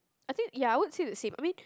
I think ya I would say the same I mean